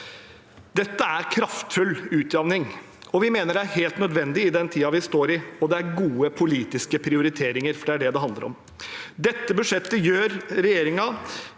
Dette er kraftfull utjevning, og vi mener det er helt nødvendig i den tiden vi står i. Det er gode politiske prioriteringer, for det er det det handler om. I dette budsjettet gjør regjeringen